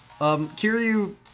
Kiryu